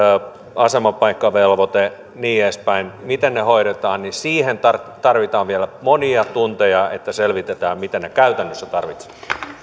asemapaikkavelvoite ja niin edespäin hoidetaan tarvitaan vielä monia tunteja että selvitetään mitä me käytännössä tarvitsemme